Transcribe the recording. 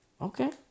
Okay